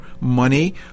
money